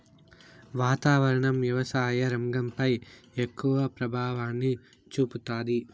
వాతావరణం వ్యవసాయ రంగంపై ఎక్కువ ప్రభావాన్ని చూపుతాది